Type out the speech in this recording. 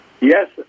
Yes